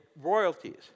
royalties